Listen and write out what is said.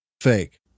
fake